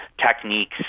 techniques